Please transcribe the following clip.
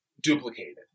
duplicated